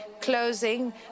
closing